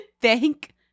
Thank